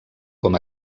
com